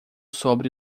sobre